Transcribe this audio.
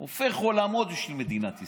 הופך עולמות בשביל מדינת ישראל,